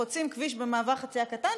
חוצים כביש במעבר חציה קטן,